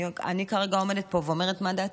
אני כרגע עומדת פה ואומרת מה דעתי.